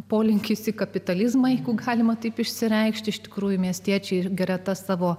polinkis į kapitalizmą galima taip išsireikšti iš tikrųjų miestiečiai ir greta savo